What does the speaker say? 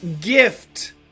Gift